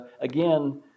again